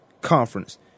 conference